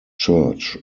church